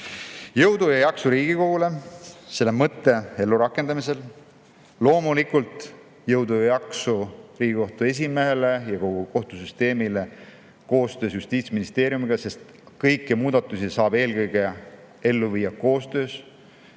Jõudu ja jaksu Riigikogule selle mõtte ellu rakendamisel. Loomulikult jõudu ja jaksu Riigikohtu esimehele ja kogu kohtusüsteemile koostöös Justiitsministeeriumiga, sest kõiki muudatusi saab eelkõige ellu viia koostöös.